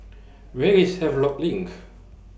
Where IS Havelock LINK